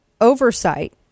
oversight